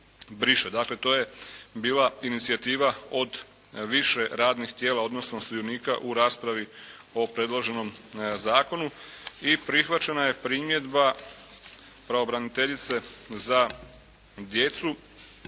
Dakle, to je bila inicijativa od više radnih tijela odnosno sudionika u raspravi o predloženom zakonu. I prihvaćena je primjedba pravobraniteljice za djecu